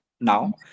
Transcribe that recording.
now